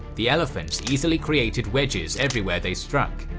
the elephants easily created wedges everywhere they struck.